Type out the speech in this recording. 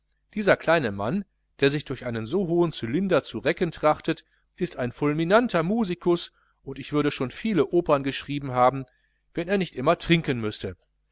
dieser kleine mann der sich durch einen hohen cylinder zu recken trachtet ist ein fulminanter musikus und würde schon viele opern geschrieben haben wenn er nicht immer trinken müßte